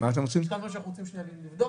רוצים לבדוק.